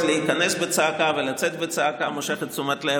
להיכנס בצעקה ולצאת בצעקה מושכת תשומת לב,